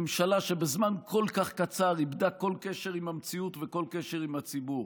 ממשלה שבזמן כל כך קצר איבדה כל קשר עם המציאות וכל קשר עם הציבור: